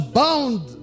bound